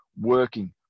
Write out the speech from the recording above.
working